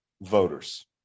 voters